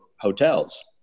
hotels